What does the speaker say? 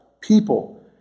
people